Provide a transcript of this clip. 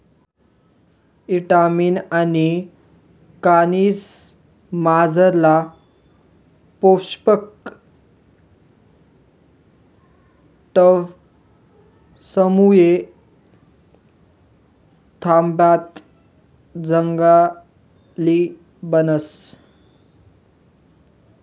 ईटामिन आनी खनिजमझारला पोषक तत्वसमुये तब्येत चांगली बनस